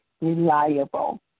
reliable